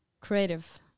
creative